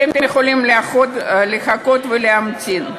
אתם יכולים לחכות ולהמתין?